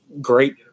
great